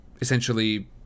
essentially